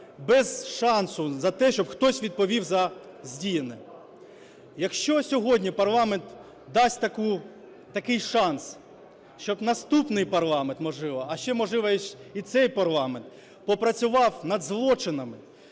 без шансу на те, щоб хтось відповів за здіяне. Якщо сьогодні парламент дасть такий шанс, щоб наступний парламент, можливо, а ще, можливо, і цей парламент, попрацював над злочинами